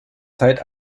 zeit